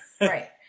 right